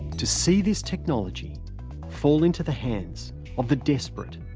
to see this technology fall into the hands of the desperate,